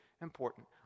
important